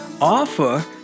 offer